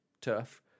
turf